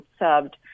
observed